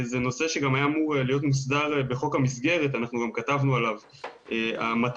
זה נושא שהיה אמור להיות מוסדר בחוק המסגרת וגם כתבנו על כך כי